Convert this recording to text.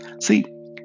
See